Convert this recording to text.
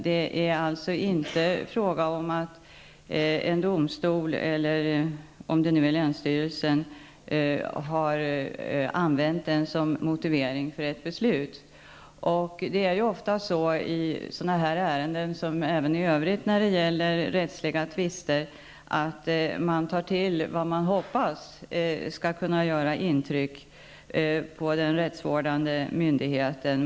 Det är alltså inte fråga om att en domstol, eller om det nu är länsstyrelsen, har använt bestämmelsen som motivering för ett beslut. Det är ju ofta så i sådana här ärenden, liksom i övrigt när det gäller rättsliga tvister, att man tar till vad man hoppas skall kunna göra intryck på den rättsvårdande myndigheten.